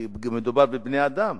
כי מדובר בבני-אדם,